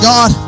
God